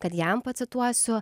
kad jam pacituosiu